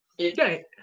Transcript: Okay